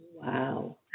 Wow